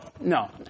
no